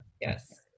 Yes